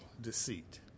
deceit